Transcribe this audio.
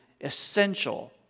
essential